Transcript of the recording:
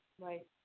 Right